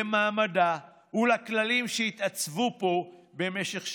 למעמדה ולכללים שהתעצבו פה במשך שנים.